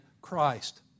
Christ